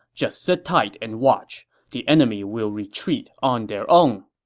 just sit tight and watch the enemy will retreat on their own.